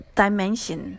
dimension